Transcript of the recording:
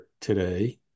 today